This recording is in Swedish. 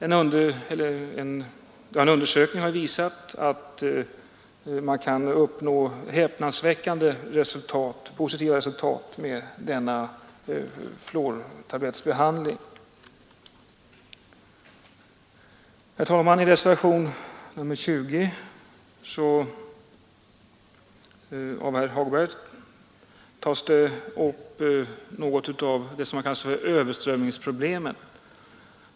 En undersökning har visat att man kan uppnå häpnadsväckande positiva resultat med denna fluortablettbehandling. Herr talman! I reservationen XX av herr Hagberg nämns något om det som kallas överströmningsproblemet.